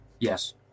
Yes